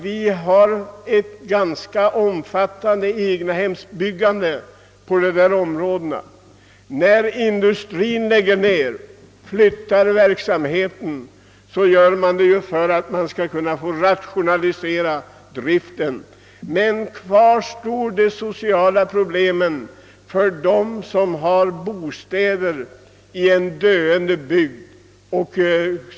Vi har ett ganska omfattande egnahemsbyggande i nämnda områden, och när industrin då flyttar verksamheten, rationaliserar driften eller lägger ned rörelsen, står de sociala problemen kvar för dem som har bostäder i en döende bygd.